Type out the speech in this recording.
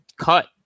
cut